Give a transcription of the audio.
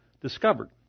discovered